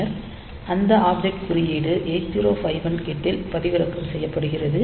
பின்னர் அந்த ஆப்ஜெட் குறியீடு 8051 கிட்டில் பதிவிறக்கம் செய்யப்படுகிறது